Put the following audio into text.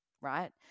right